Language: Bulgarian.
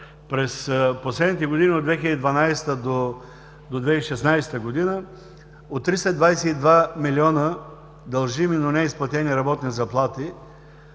През последните години от 2012 г. до 2016 г. от 322 милиона дължими, но неизплатени работни заплати,